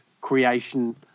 creation